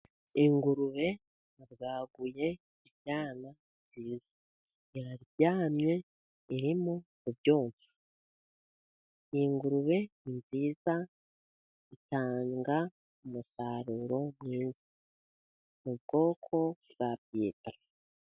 Ingurube yabwaguye ibyana byiza, iraryamye irimo kubyonsa. Iyi ngurube ni nziza, itanga umusaruro mwiza, mu bwoko bwa piyetara.